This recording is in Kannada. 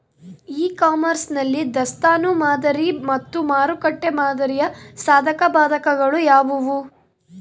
ಇ ಕಾಮರ್ಸ್ ನಲ್ಲಿ ದಾಸ್ತನು ಮಾದರಿ ಮತ್ತು ಮಾರುಕಟ್ಟೆ ಮಾದರಿಯ ಸಾಧಕಬಾಧಕಗಳು ಯಾವುವು?